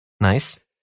Nice